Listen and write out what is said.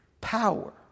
power